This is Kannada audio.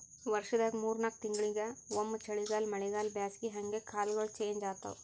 ವರ್ಷದಾಗ್ ಮೂರ್ ನಾಕ್ ತಿಂಗಳಿಂಗ್ ಒಮ್ಮ್ ಚಳಿಗಾಲ್ ಮಳಿಗಾಳ್ ಬ್ಯಾಸಗಿ ಹಂಗೆ ಕಾಲ್ಗೊಳ್ ಚೇಂಜ್ ಆತವ್